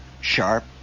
Sharp